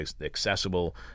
accessible